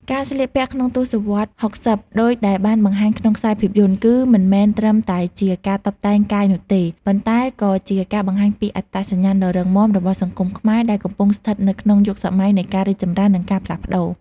ការស្លៀកពាក់ក្នុងទស្សវត្ស៦០ ដូចដែលបានបង្ហាញក្នុងខ្សែភាពយន្ត គឺមិនមែនត្រឹមតែជាការតុបតែងកាយនោះទេ ប៉ុន្តែក៏ជាការបង្ហាញពី អត្តសញ្ញាណដ៏រឹងមាំ របស់សង្គមខ្មែរដែលកំពុងស្ថិតនៅក្នុងយុគសម័យនៃការរីកចម្រើន និងការផ្លាស់ប្តូរ។